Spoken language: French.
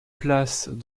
places